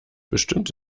bestimmt